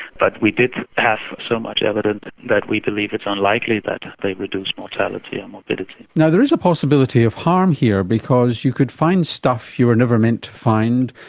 but we did have so much evidence that we believe it's unlikely that they reduce mortality and morbidity. now, there is a possibility of harm here, because you could find stuff you were never meant to find.